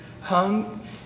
hung